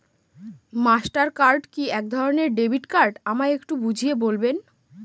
Master card কি একধরণের debit card আমায় একটু বুঝিয়ে বলবেন?